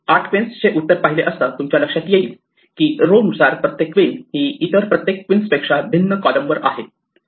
8 queens उत्तर पाहिले असता तुमच्या लक्षात येईल की रो नुसार प्रत्येक क्विन्स ही इतर प्रत्येक क्विन्स पेक्षा भिन्न कॉलम वर आहे